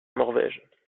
norvège